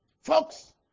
Folks